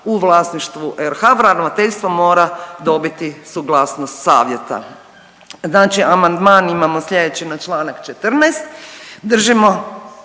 u vlasništvu RH ravnateljstvo mora dobiti suglasnost savjeta. Znači amandman imamo slijedeći na čl. 14., držimo